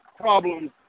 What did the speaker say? problems